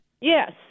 Yes